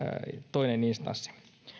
toinen instanssi